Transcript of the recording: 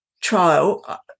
trial